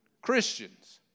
Christians